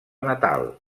natal